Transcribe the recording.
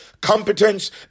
competence